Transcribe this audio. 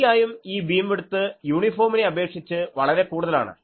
തീർച്ചയായും ഈ ബീംവിഡ്ത്ത് യൂണിഫോമിനെ അപേക്ഷിച്ച് വളരെ കൂടുതലാണ്